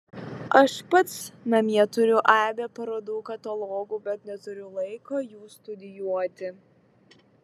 aš pats namie turiu aibę parodų katalogų bet neturiu laiko jų studijuoti